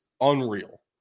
unreal